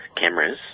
cameras